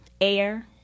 air